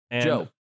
Joe